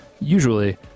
usually